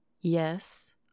Yes